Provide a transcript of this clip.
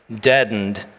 deadened